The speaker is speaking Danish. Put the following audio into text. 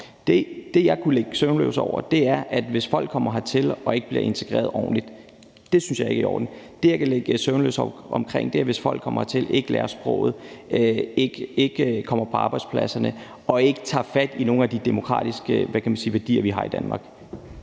Det, jeg kunne ligge søvnløs over, var, hvis folk kom hertil og ikke blev integreret ordentligt. Det synes jeg ikke er i orden. Det, jeg kan ligge søvnløs over, er, hvis folk, der kommer hertil, ikke lærer sproget, ikke kommer ud på arbejdspladserne og ikke tager nogen af de demokratiske værdier, som vi har i Danmark,